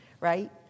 right